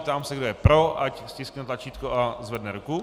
Ptám se, kdo je pro, ať stiskne tlačítko a zvedne ruku.